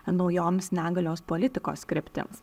naujoms negalios politikos kryptims